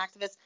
activists